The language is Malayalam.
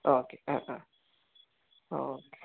ഓക്കേ ആ ആ ആ ഓക്കേ